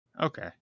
Okay